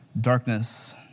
Darkness